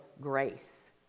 grace